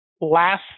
last